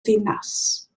ddinas